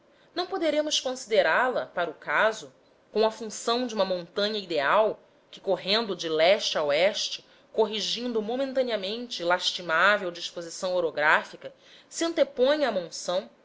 não poderemos considerá la para o caso com a função de uma montanha ideal que correndo de leste a oeste e corrigindo momentaneamente lastimável disposição orográfica se anteponha à monção